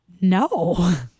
no